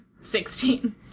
Sixteen